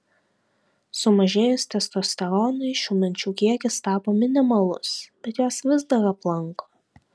sumažėjus testosteronui šių minčių kiekis tapo minimalus bet jos vis dar aplanko